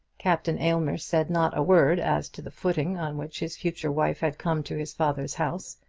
captain aylmer said not a word as to the footing on which his future wife had come to his father's house.